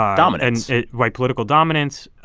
ah dominance. white political dominance.